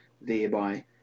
thereby